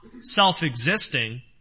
self-existing